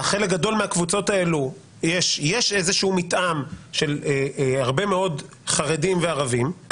לחלק גדול מהקבוצות האלה יש איזה שהוא מתאם של הרבה מאוד חרדים וערבים,